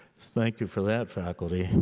thank you for that, faculty.